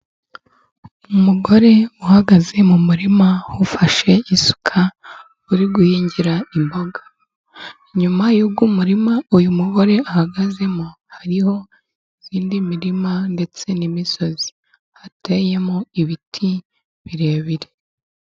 Umugore uhagaze mu murima ufashe isuka, uri guhingira im imboga. Inyuma y' umurima uyu mugore ahagazemo hariho indi mirima ndetse n'imisozi hateyemo ibiti birebire.